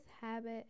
habit